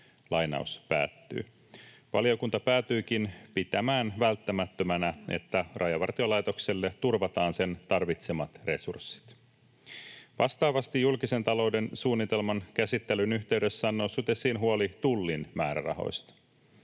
Valiokunta päätyikin pitämään välttämättömänä, että Rajavartiolaitokselle turvataan sen tarvitsemat resurssit. Vastaavasti julkisen talouden suunnitelman käsittelyn yhteydessä on noussut esiin huoli Tullin määrärahoista.